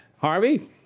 Harvey